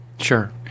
Sure